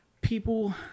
people